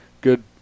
good